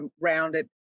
rounded